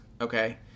okay